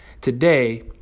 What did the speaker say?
Today